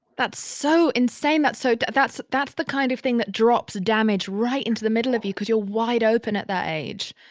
that's so insane, that's so, that's, that's the kind of thing that drops damaged right into the middle of you cause you're wide open at that age.